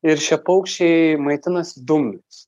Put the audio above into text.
ir šie paukščiai maitinasi dumbliais